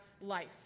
life